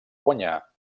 guanyar